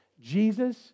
Jesus